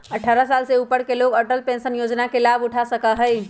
अट्ठारह साल से ऊपर के लोग अटल पेंशन योजना के लाभ उठा सका हई